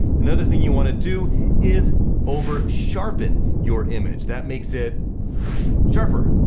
another thing you want to do is over sharpen your image. that makes it sharper,